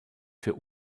für